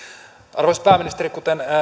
arvoisa pääministeri kuten